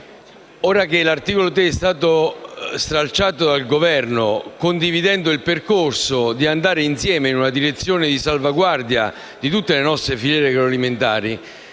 ora che tale articolo è stato stralciato, su proposta del Governo, condividendo il percorso di andare insieme nella direzione della salvaguardia di tutte le nostre filiere agroalimentari,